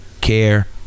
care